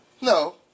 No